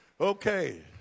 Okay